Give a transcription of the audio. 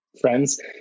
friends